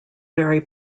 very